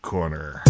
Corner